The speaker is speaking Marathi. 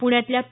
पुण्यातल्या पी